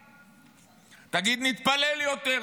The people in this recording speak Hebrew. תגיד: נתפלל יותר,